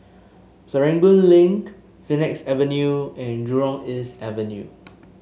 Serangoon Link Phoenix Avenue and Jurong East Avenue